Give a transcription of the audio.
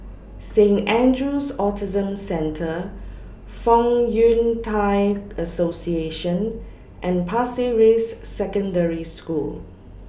Saint Andrew's Autism Centre Fong Yun Thai Association and Pasir Ris Secondary School